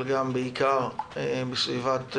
ובעיקר בסביבת